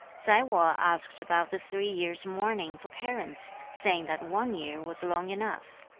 tsai wo asked about the three years' mourning for parents, saying that one year was long enough.